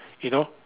you know